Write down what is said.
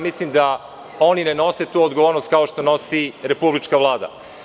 Mislim da oni ne nose tu odgovornost kao što nosi republička Vlada.